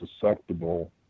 susceptible